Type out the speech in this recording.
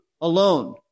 alone